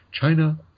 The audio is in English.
China